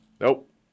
Nope